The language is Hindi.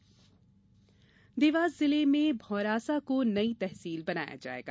तहसील देवास जिले में भौंरासा को नई तहसील बनाया जाएगा